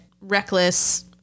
reckless